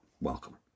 welcome